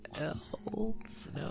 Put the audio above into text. else